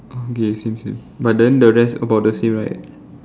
okay same same but then the rest about the same right